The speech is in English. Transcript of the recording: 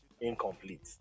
incomplete